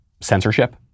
censorship